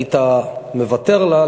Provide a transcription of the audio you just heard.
היית מוותר לה,